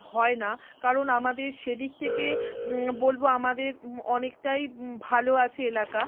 হয় না কারণ আমাদের সেদিক থেকে বলব আমাদের অনেকটাই ভালো আছে এলাকা